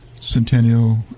Centennial